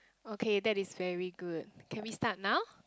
okay that is very good can we start now